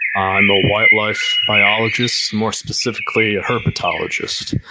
i'm a wildlife biologist, more specifically a herpetologist.